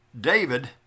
David